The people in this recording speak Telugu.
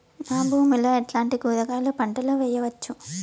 నా భూమి లో ఎట్లాంటి కూరగాయల పంటలు వేయవచ్చు?